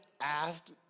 asked